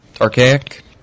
archaic